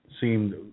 seemed